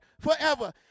forever